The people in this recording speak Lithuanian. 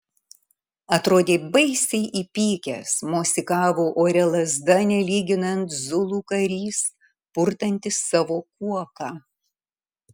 atrodė baisiai įpykęs mosikavo ore lazda nelyginant zulų karys purtantis savo kuoką